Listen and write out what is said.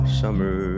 summer